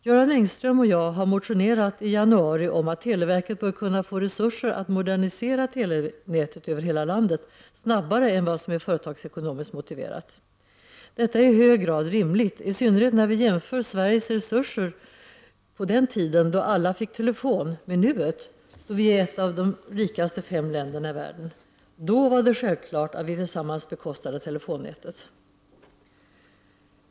Göran Engström och jag motionerade i januari om att televerket bör kunna få resurser att modernisera telenätet över hela landet snabbare än vad som är företagsekonomiskt motiverat. Detta är i hög grad rimligt, i synnerhet när vi jämför Sveriges resurser på den tiden då alla fick telefon med nuet, då vi är ett av de fem rikaste länderna i världen. Då var det självklart att vi tillsammans bekostade telefonnätet.